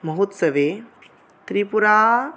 महुत्सवे Tripura